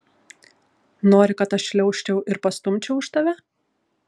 nori kad atšliaužčiau ir pastumčiau už tave